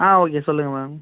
ஆ okay சொல்லுங்கள் ma'am